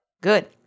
good